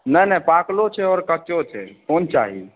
नहि नहि पाकलो छै आओर कच्चो छै कोन चाही